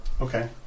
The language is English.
Okay